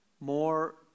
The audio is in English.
More